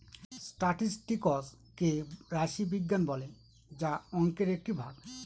statistics কে রাশি বিজ্ঞান বলে যা অংকের একটি ভাগ